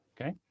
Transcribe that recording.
okay